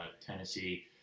Tennessee